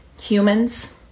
humans